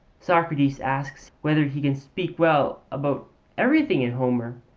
socrates asks whether he can speak well about everything in homer.